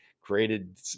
created